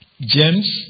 James